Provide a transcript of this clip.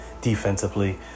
defensively